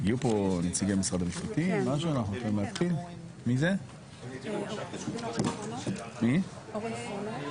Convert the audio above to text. הנושא השלישי בעצם על סדר היום הוא